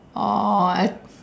oh I